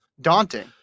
daunting